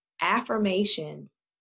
affirmations